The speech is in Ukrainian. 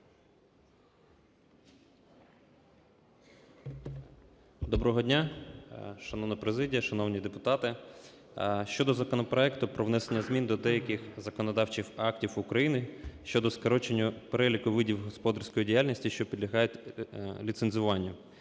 Доброго дня, шановна президія, шановні депутати! Щодо законопроекту про внесення змін до деяких законодавчих актів України щодо скорочення переліку видів господарської діяльності, що підлягають ліцензуванню